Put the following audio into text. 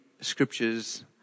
scriptures